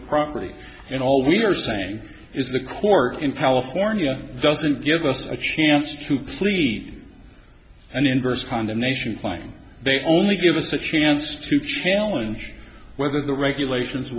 of property and all we're saying is the court in california doesn't give us a chance to plead an inverse condemnation fine they only give us a chance to challenge whether the regulations